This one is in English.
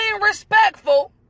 respectful